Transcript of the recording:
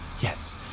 Yes